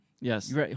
Yes